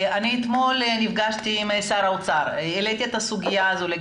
אתמול נפגשתי עם שר האוצר והעליתי את הסוגיה הזאת.